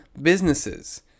businesses